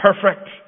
perfect